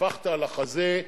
טפחת על החזה,